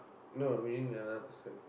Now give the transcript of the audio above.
no we need another person